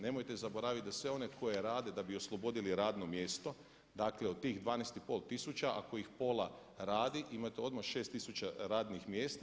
Nemojte zaboraviti da sve one koje rade da bi oslobodili radno mjesto, dakle od tih 12 i pol tisuća ako ih pola radi imate odmah 6000 radnih mjesta.